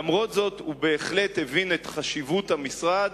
למרות זאת הוא בהחלט הבין את חשיבות המשרד